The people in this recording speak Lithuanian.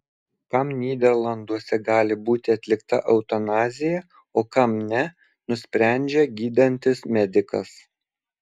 kam nyderlanduose gali būti atlikta eutanazija o kam ne nusprendžia gydantis medikas